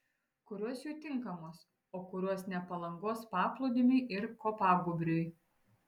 kurios jų tinkamos o kurios ne palangos paplūdimiui ir kopagūbriui